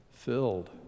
filled